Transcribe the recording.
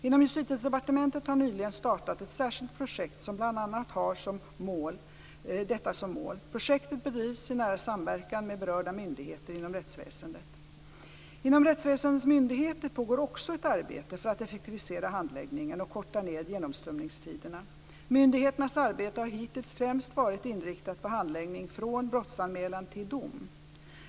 Inom Justitiedepartementet har nyligen startats ett särskilt projekt som bl.a. har detta mål. Projektet bedrivs i nära samverkan med berörda myndigheter inom rättsväsendet. Inom rättsväsendets myndigheter pågår också ett arbete för att effektivisera handläggningen och korta ned genomströmningstiderna. Myndigheternas arbete har hittills främst varit inriktat på handläggningen från brottsanmälan till dom.